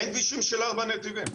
אין כבישים של ארבעה נתיבים,